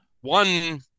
one